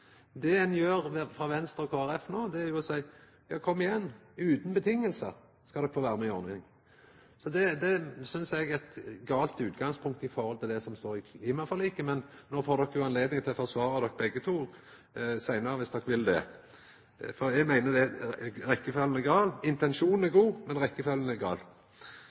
Det ein no gjer frå Venstre og Kristeleg Folkepartis side, er å seia: Kom igjen, utan vilkår skal de få vera med i ordninga. Det synest eg er eit galt utgangspunkt i forhold til det som står i klimaforliket. Men no får jo begge partia anledning seinare til å forsvara seg, dersom dei vil det. Eg meiner at rekkjefølgja er gal. Intensjonen er god, men rekkjefølgja er gal.